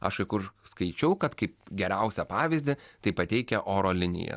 aš kai kur skaičiau kad kaip geriausią pavyzdį tai pateikia oro linija